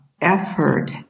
effort